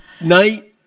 night